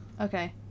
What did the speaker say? Okay